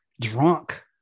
drunk